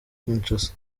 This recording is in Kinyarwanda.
kinshasa